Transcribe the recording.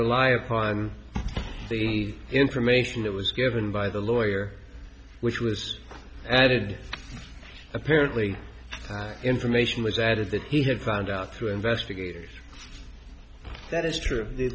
rely upon the information that was given by the lawyer which was added apparently information was added that he had found out through investigators that is true